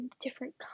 different